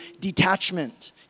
detachment